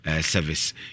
service